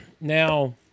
Now